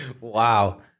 Wow